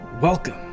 welcome